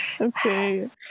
okay